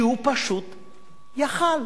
כי הוא פשוט יכול".